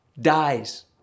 dies